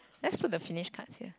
let's put the finish card here